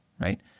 right